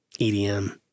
EDM